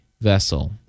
vessel